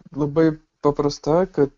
labai paprasta kad